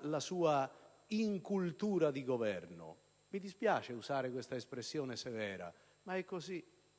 la sua incultura di governo. Mi dispiace usare questa espressione severa, ma è così.